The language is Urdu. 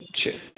اچھا